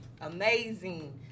amazing